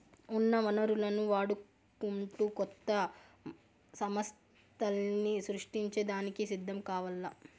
ఉన్న వనరులను వాడుకుంటూ కొత్త సమస్థల్ని సృష్టించే దానికి సిద్ధం కావాల్ల